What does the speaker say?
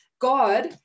god